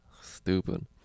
stupid